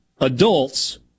adults